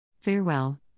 Farewell